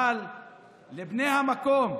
אבל על בני המקום,